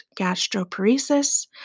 gastroparesis